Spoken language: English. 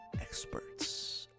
experts